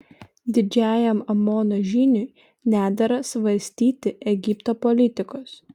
didžiajam amono žyniui nedera svarstyti egipto politikos